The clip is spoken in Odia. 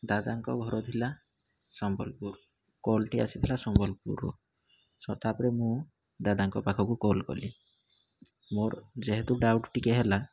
ଦାଦାଙ୍କ ଘର ଥିଲା ସମ୍ବଲପୁର କଲ୍ଟି ଆସିଥିଲା ସମ୍ବଲପୁରରୁ ସୋ ତାପରେ ମୁଁ ଦାଦାଙ୍କ ପାଖକୁ କଲ୍ କଲି ମୋର ଯେହେତୁ ଡାଉଟ୍ ଟିକେ ହେଲା